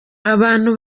abantu